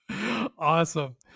Awesome